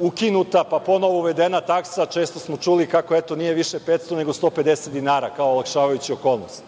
ukinuta, pa ponovo uvedena taksa, često smo čuli kako eto, nije više 500 nego 150 dinara, kao olakšavajuća okolnost.